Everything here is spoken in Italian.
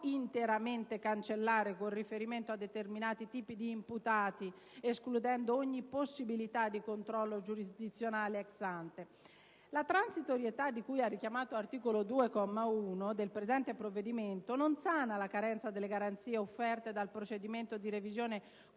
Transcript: interamente cancellare con riferimento a determinati tipi di imputati, escludendo ogni possibilità di controllo giurisdizionale *ex ante*. La transitorietà di cui al richiamato articolo 2, comma 1, del presente provvedimento non sana la carenza delle garanzie offerte dal procedimento di revisione